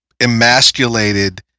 emasculated